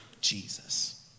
Jesus